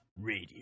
Radio